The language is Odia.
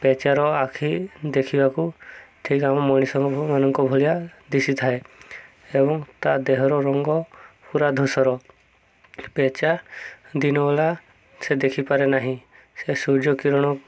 ପେଚାର ଆଖି ଦେଖିବାକୁ ଠିକ୍ ଆମ ମଣିଷ ମାନଙ୍କ ଭଳିଆ ଦିଶିଥାଏ ଏବଂ ତା' ଦେହର ରଙ୍ଗ ପୁରା ଧୁସର ପେଚା ଦିନବେଳା ସେ ଦେଖିପାରେ ନାହିଁ ସେ ସୂର୍ଯ୍ୟ କିିରଣ